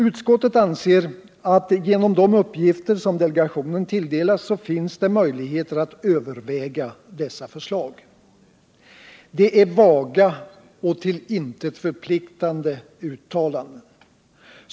Utskottet anser att det genom de uppgifter som delegationen tilldelas finns möjligheter att överväga dessa förslag. Det är vaga och till intet förpliktande uttalanden.